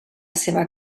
seva